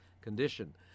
condition